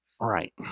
right